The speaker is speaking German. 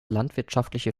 landwirtschaftliche